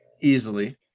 easily